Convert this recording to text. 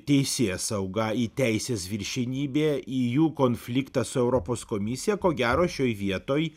teisėsaugą į teisės viršenybė į jų konfliktą su europos komisija ko gero šioj vietoj